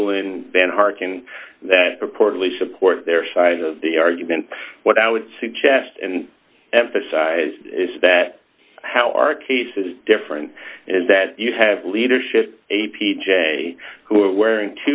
doing ben harken that purportedly support their side of the argument what i would suggest and emphasized is that how our case is different is that you have leadership a p j who are wearing